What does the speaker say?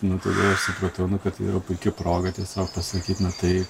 nu tada aš supratau kad yra puiki proga tiesiog pasakyti na tai